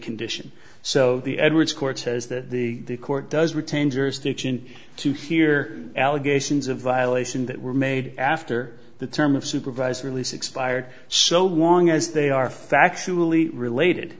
condition so the edwards court says that the court does retain jurisdiction to hear allegations of violation that were made after the term of supervised release expired so long as they are factually related